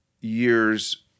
years